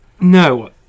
No